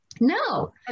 no